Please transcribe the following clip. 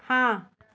हाँ